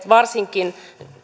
varsinkin